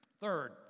Third